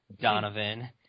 Donovan